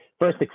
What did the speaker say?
First